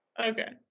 Okay